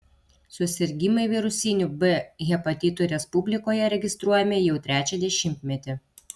susirgimai virusiniu b hepatitu respublikoje registruojami jau trečią dešimtmetį